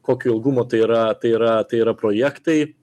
kokio ilgumo tai yra tai yra tai yra projektai